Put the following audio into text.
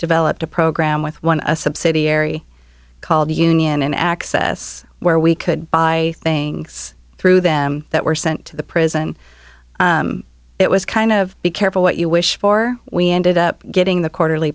developed a program with one subsidiary called union access where we could buy things through them that were sent to the prison it was kind of be careful what you wish for we ended up getting the quarterly